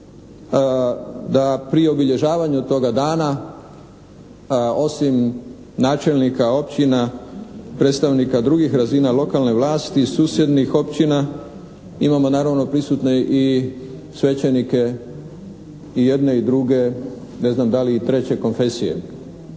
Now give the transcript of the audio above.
da pri obilježavanju toga dana osim načelnika općina, predstavnika drugih razina lokalne vlasti i susjednih općina imamo naravno prisutne i svećenike i jedne i druge, ne znam da li i treće konfesije.